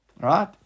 Right